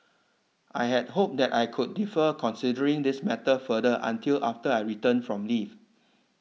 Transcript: I had hoped that I could defer considering this matter further until after I return from leave